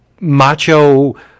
macho